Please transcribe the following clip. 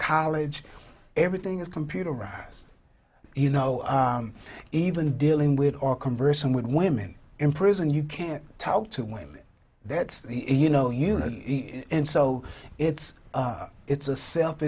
college everything is computerized you know even dealing with or conversing with women in prison you can't talk to women that you know you know and so it's it's a self